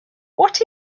what